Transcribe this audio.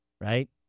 Right